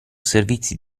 servizi